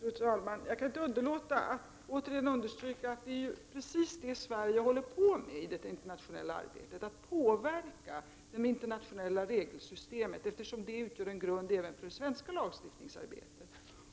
Fru talman! Jag kan inte underlåta att återigen understryka att det är precis detta Sverige håller på med i det internationella arbetet, att påverka det internationella regelsystemet, eftersom det utgör en grund även för det svenska lagstiftningsarbetet.